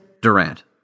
Durant